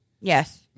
Yes